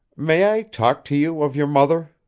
may i talk to you of your mother?